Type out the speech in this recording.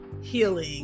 healing